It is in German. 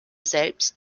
selbst